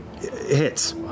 Hits